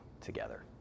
together